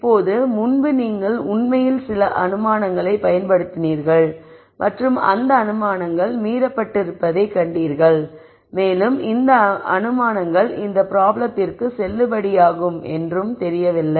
இப்போது முன்பு நீங்கள் உண்மையில் சில அனுமானங்களைப் பயன்படுத்தினீர்கள் மற்றும் அந்த அனுமானங்கள் மீறப்பட்டிருப்பதைக் கண்டீர்கள் மேலும் இந்த அனுமானங்கள் இந்த பிராப்ளத்திற்கு செல்லுபடியாகும் என்றும் தெரியவில்லை